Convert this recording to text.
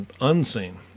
unseen